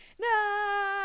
no